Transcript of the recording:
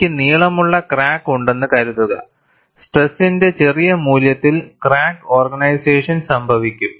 എനിക്ക് നീളമുള്ള ക്രാക്ക് ഉണ്ടെന്ന് കരുതുക സ്ട്രെസ്സിന്റെ ചെറിയ മൂല്യത്തിൽ ക്രാക്ക് ഓർഗനൈസേഷൻ സംഭവിക്കും